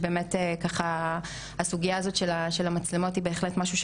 ובאמת במשך השלוש שנים האחרונות שאנחנו עוסקות בזה,